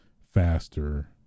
faster